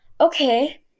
Okay